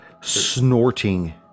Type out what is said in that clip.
snorting